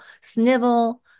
snivel